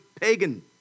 pagan